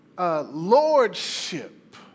lordship